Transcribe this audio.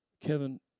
Kevin